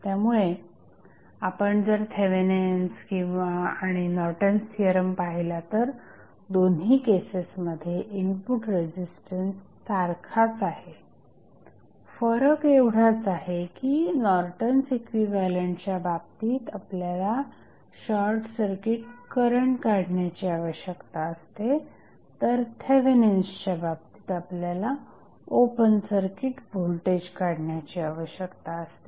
त्यामुळे आपण जर थेवेनिन्स आणि नॉर्टन्स थिअरम पाहिला तर दोन्ही केसेसमध्ये इनपुट रेझिस्टन्स सारखाच आहे फरक एवढाच आहे की नॉर्टन्स इक्विव्हॅलंटच्या बाबतीत आपल्याला शॉर्टसर्किट करंट काढण्याची आवश्यकता असते तर थेवेनिन्सच्या बाबतीत आपल्याला ओपन सर्किट व्होल्टेज काढण्याची आवश्यकता असते